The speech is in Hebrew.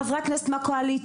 חברי הכנסת מהקואליציה,